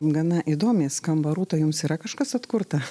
gana įdomiai skamba rūta jums yra kažkas atkurta